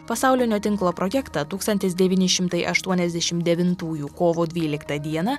pasaulinio tinklo projektą tūkstantis devyni šimtai aštuoniasdešimt devintųjų kovo dvyliktą dieną